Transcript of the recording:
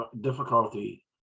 difficulty